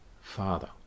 father